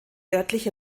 örtliche